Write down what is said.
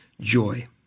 joy